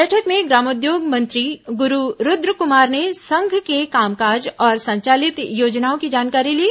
बैठक में ग्रामोद्योग मंत्री गुरू रूद्रकुमार ने संघ के कामकाज और संचालित योजनाओं की जानकारी ली